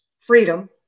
freedom